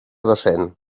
docent